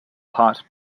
part